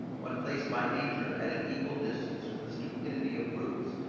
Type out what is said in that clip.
when placed by nature at an equal distance from the stupidity of brutes,